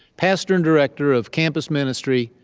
pastor and director of campus ministry,